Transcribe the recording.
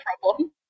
problem